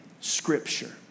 scripture